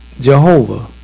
Jehovah